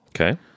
okay